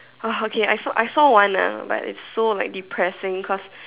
oh okay I saw I saw one ah but it's so like depressing cause